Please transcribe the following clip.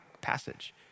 passage